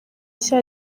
nshya